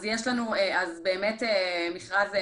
מכרז,